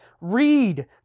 Read